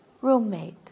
roommate